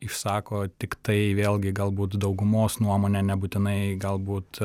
išsako tiktai vėlgi galbūt daugumos nuomonę nebūtinai galbūt